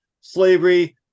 slavery